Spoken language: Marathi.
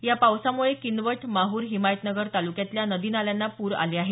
या पावसामुळे किनवट माहूर हिमायतनगर तालुक्यातल्या नदी नाल्यांना पूर आले आहेत